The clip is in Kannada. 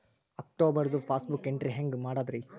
ಅಕ್ಟೋಬರ್ದು ಪಾಸ್ಬುಕ್ ಎಂಟ್ರಿ ಹೆಂಗ್ ಮಾಡದ್ರಿ?